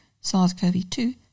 SARS-CoV-2